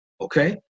okay